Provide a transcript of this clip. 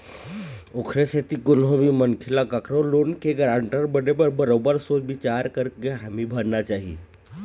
ओखरे सेती कोनो भी मनखे ल कखरो लोन के गारंटर बने बर बरोबर सोच बिचार करके हामी भरना चाही